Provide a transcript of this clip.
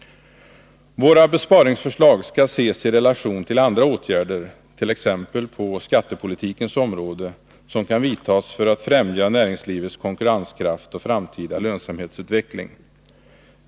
Våra besparingsförslag skall ses i relation till andra åtgärder — t.ex. på skattepolitikens område — som kan vidtas för att främja näringslivets konkurrenskraft och framtida lönsamhetsutveckling.